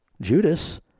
judas